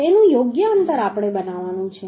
તેનું યોગ્ય અંતર આપણે બનાવવાનું છે